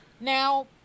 now